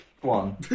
one